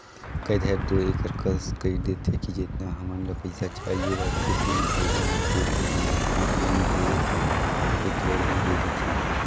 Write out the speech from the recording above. कए धाएर दो एकर कस कइर देथे कि जेतना हमन ल पइसा चाहिए रहथे बेंक ले लोन के रुप म ओतना नी दे के थोरहें दे देथे